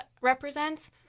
represents